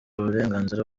uburenganzira